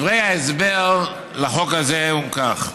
דברי ההסבר לחוק הזה הם כך: